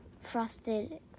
frosted